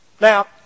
Now